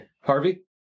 Harvey